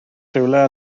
rhywle